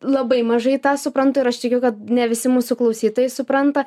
labai mažai tą suprantu ir aš tikiu kad ne visi mūsų klausytojai supranta